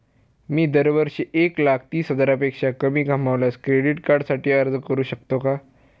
मी दरवर्षी एक लाख तीस हजारापेक्षा कमी कमावल्यास क्रेडिट कार्डसाठी अर्ज करू शकतो का?